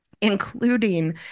including